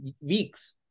weeks